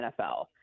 NFL